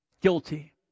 Guilty